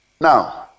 Now